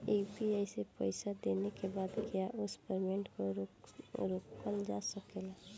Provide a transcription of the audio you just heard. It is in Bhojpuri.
यू.पी.आई से पईसा देने के बाद क्या उस पेमेंट को रोकल जा सकेला?